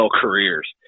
careers